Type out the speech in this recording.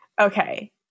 okay